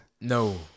no